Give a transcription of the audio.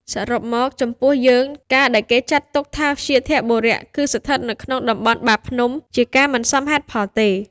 រួមសេចក្តីមក ចំពោះយើង ការដែលគេចាត់ទុកថា វ្យាធបុរៈគឺស្ថិតនៅក្នុង តំបន់ បាភ្នំ ជាការមិនសមហេតុផលទេ។